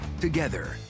together